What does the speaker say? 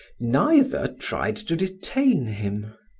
neither tried to detain him.